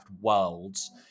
worlds